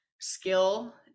skill